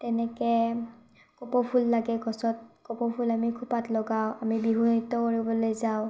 তেনেকৈ কপৌ ফুল লাগে গছত কপৌফুল আমি খোপাত লগাওঁ আমি বিহু নৃত্য কৰিবলৈ যাওঁ